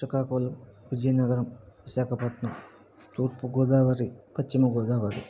శ్రీకాకుళం విజయనగరం విశాఖపట్నం తూర్పుగోదావరి పశ్చిమగోదావరి